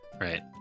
right